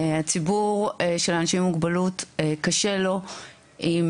ציבור של אנשים עם מוגבלות קשה לו עם